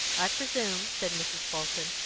i presume, said mrs. bolton,